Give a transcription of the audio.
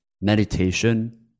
meditation